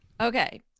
okay